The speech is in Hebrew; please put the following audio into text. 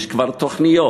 יש כבר תוכניות,